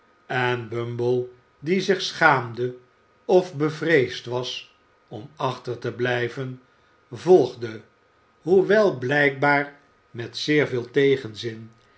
en bumble die zich schaamde of bevreesd was om achter te blijven volgde hoewel blijkbaar met zeer veel tegenzin